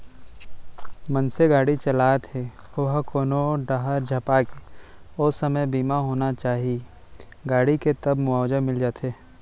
मनसे गाड़ी चलात हे ओहा कोनो डाहर झपागे ओ समे बीमा होना चाही गाड़ी के तब मुवाजा मिल जाथे